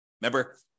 Remember